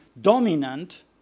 dominant